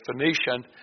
Phoenician